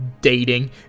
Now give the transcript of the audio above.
dating